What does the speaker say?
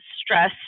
stress